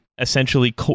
essentially